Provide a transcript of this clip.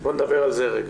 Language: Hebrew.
בוא נדבר על זה רגע.